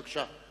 בבקשה.